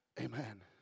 Amen